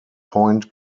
point